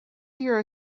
hear